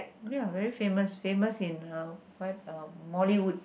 okay lah very famous famous in uh what uh Mollywood